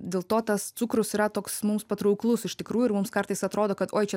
dėl to tas cukrus yra toks mums patrauklus iš tikrųjų ir mums kartais atrodo kad oi čia